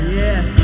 yes